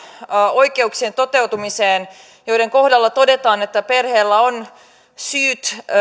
oikeuksien toteutumiseen joiden kohdalla todetaan että perheellä on syyt